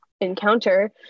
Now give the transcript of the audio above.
encounter